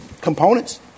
components